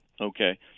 Okay